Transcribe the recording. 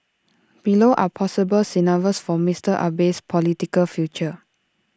below are possible scenarios for Mister Abe's political future